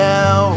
Now